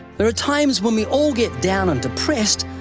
there are times when we all get down and depressed,